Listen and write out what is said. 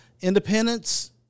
Independence